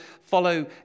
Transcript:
follow